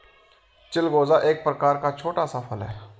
चिलगोजा एक प्रकार का छोटा सा फल है